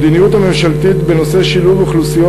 המדיניות הממשלתית בנושא שילוב אוכלוסיות,